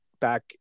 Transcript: back